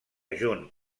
junt